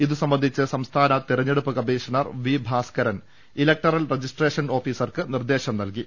ഇതുസംബന്ധിച്ച് സംസ്ഥാന തെരഞ്ഞെടുപ്പ് commissioner V Bhaskaran electoral registration ഓഫീസർക്ക് നിർദേശം നൽകി